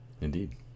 Indeed